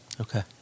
Okay